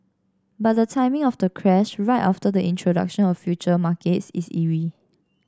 but the timing of the crash right after the introduction of future markets is eerie